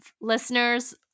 listeners